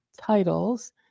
titles